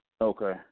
Okay